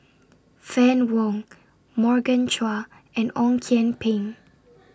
Fann Wong Morgan Chua and Ong Kian Peng